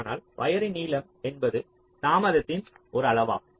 ஆனால் வயர்ரின் நீளம் என்பது தாமதத்தின் ஒரு அளவாகும்